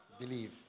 Believe